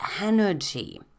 energy